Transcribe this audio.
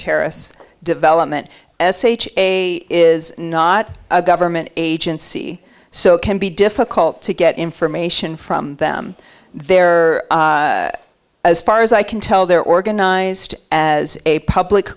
terrace development s h a is not a government agency so it can be difficult to get information from them there as far as i can tell they're organized as a public